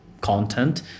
content